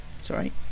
Sorry